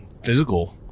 physical